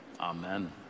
amen